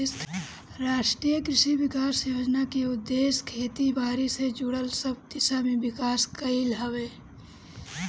राष्ट्रीय कृषि विकास योजना के उद्देश्य खेती बारी से जुड़ल सब दिशा में विकास कईल हवे